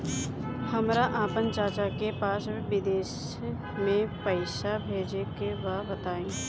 हमरा आपन चाचा के पास विदेश में पइसा भेजे के बा बताई